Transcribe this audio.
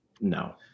No